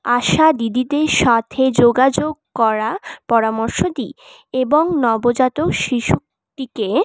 আশা দিদিদের সাথে যোগাযোগ করার পরামর্শ দিই এবং নবজাতক শিশুটিকে